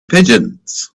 pigeons